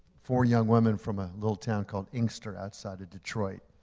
four young women from a little town called inkster outside of detroit,